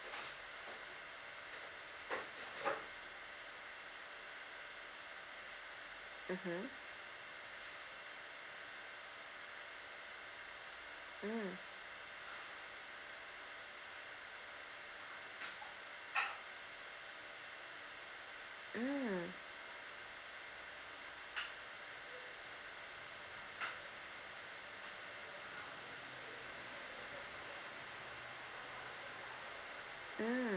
mmhmm mm mm mm